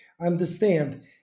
understand